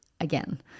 again